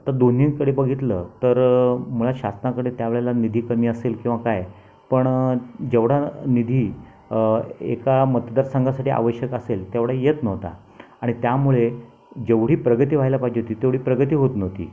आता दोन्हींकडे बघितलं तर मुळात शासनाकडे त्या वेळेला निधी कमी असेल किंवा काय पण जेवढा निधी एका मतदारसंघासाठी आवश्यक असेल तेवढा येत नव्हता आणि त्यामुळे जेवढी प्रगती व्हायला पाहिजे होती तेवढी प्रगती होत नव्हती